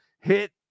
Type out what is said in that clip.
Hit